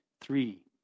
three